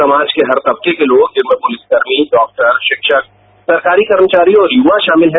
समाज के हर तबके के लोग पुलिसकर्मी डॉक्टर पिक्षक सरकारी कर्मचारी और युवा षामिल हैं